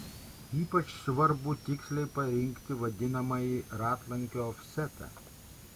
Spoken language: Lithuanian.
ypač svarbu tiksliai parinkti vadinamąjį ratlankio ofsetą